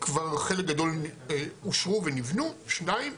כבר חלק גדול אושרו ונבחנו, שניים,